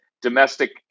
Domestic